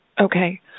Okay